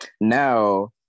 Now